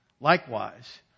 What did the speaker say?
Likewise